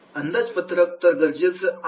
अंदाज पत्रक तर गरजेचंच आहे